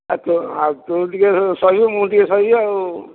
ଆଉ ତୁ ଟିକିଏ ସହିବୁ ମୁଁ ଟିକିଏ ସହିବି ଆଉ